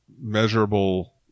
measurable